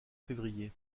février